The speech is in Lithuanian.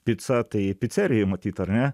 pica tai picerijoj matyt ar ne